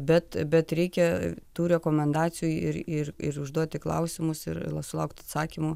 bet bet reikia tų rekomendacijų ir ir ir užduoti klausimus ir sulaukt atsakymų